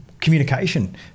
communication